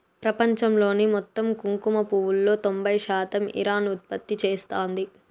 ప్రపంచంలోని మొత్తం కుంకుమ పువ్వులో తొంబై శాతం ఇరాన్ ఉత్పత్తి చేస్తాంది